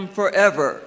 forever